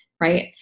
right